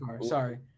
Sorry